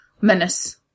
menace